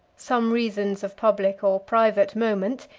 some reasons of public or private moment,